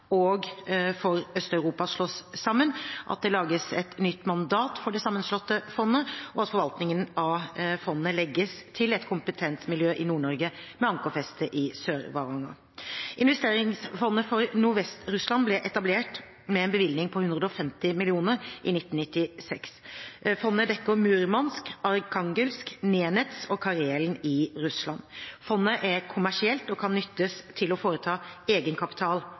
og Investeringsfond for Øst-Europa slås sammen, at det lages et nytt mandat for det sammenslåtte fondet, og at forvaltningen av fondet legges til et kompetent miljø i Nord-Norge med ankerfeste i Sør-Varanger. Investeringsfondet for Nordvest-Russland ble etablert med en bevilgning på 150 mill. kr i 1996. Fondet dekker Murmansk, Arkhangelsk, Nenets og Karelen i Russland. Fondet er kommersielt og kan nyttes til å foreta